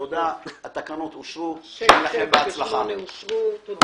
הצבעה בעד התקנות פה-אחד נגד, אין